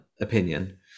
Opinion